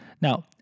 Now